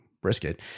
brisket